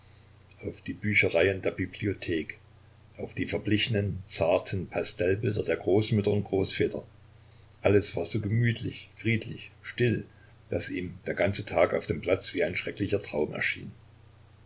auf die bücherreihen der bibliothek auf die verblichenen zarten pastellbilder der großmütter und großväter alles war so gemütlich friedlich still daß ihm der ganze tag auf dem platz wie ein schrecklicher traum erschien